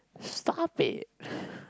stop it